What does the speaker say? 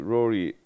Rory